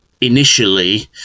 initially